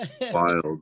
Wild